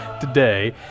today